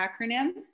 acronym